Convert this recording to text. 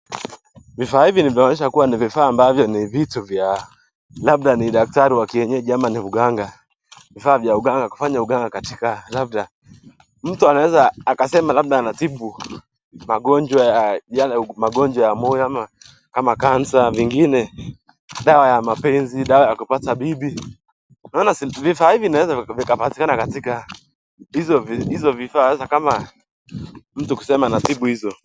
Vifaa hivi vimeonyeshwa kuwa ni vifaa ambavyo ni vitu vya, labda ni daktari wa kienyeji ama ni mganga. Vifaa vya uganga kufanya uganga katika, labda mtu anaweza akasema labda anatibu magonjwa ya yale, magonjwa ya moyo ama kama cancer , vingine, dawa ya mapenzi, dawa ya kupata bibi. Unaona hivi vifaa hivi vinaweza vikapatikana katika hizo vifaa sasa kama mtu kusema anatibu hizo.